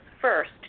first